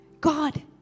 God